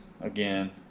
again